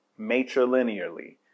matrilinearly